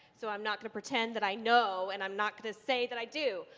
so i'm not gonna pretend that i know and i'm not gonna say that i do.